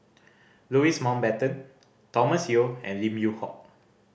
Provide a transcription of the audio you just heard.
Louis Mountbatten Thomas Yeo and Lim Yew Hock